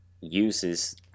uses